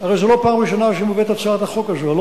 הרי זו לא הפעם הראשונה שמובאת הצעת החוק הזאת,